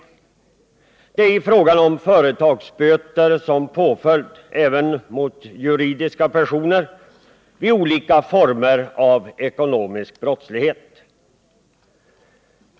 Det är när det gäller frågan om företagsböter som påföljd — även mot juridiska personer — vid olika former av ekonomisk brottslighet.